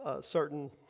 certain